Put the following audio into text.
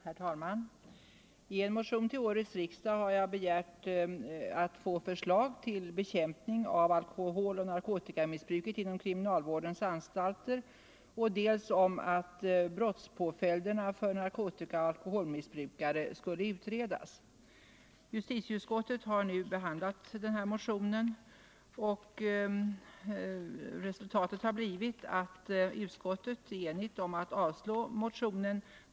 Herr talman! I motionen 1255 till årets riksdag har jag dels begärt att få förslag till bekämpning av alkoholoch narkotikamissbruket inom kriminalvårdens anstalter, dels begärt att brottspåföljderna för narkotikaoch alkoholmissbrukare skall utredas. Justitieutskottet, som nu har behandlat den här motionen, är med undantag för de moderata ledamöterna enigt om att avslå den.